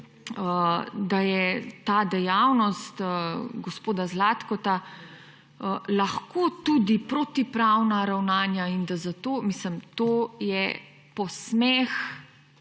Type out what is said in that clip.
da je ta dejavnost gospoda Zlatka lahko tudi protipravna ravnanja in da zato … Mislim, to je posmeh